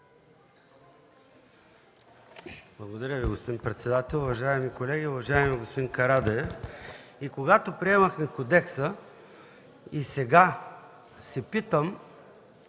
Благодаря, господин председател. Уважаеми колеги! Уважаеми господин Карадайъ, и когато приемахме кодекса, и сега се питам,